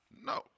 No